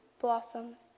blossoms